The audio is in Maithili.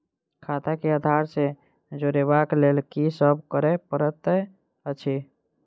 खाता केँ आधार सँ जोड़ेबाक लेल की सब करै पड़तै अछि?